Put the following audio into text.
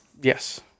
Yes